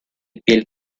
piel